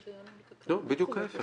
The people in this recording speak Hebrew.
לא, בדיוק ההיפך.